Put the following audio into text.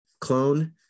clone